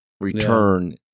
return